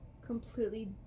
completely